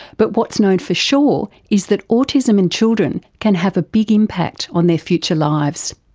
but what's known for sure is that autism in children can have a big impact on their future lives.